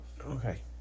Okay